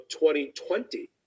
2020